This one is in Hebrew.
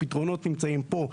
הפתרונות נמצאים פה.